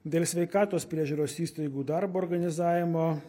dėl sveikatos priežiūros įstaigų darbo organizavimo